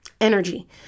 energy